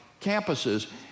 campuses